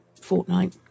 fortnight